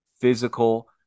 physical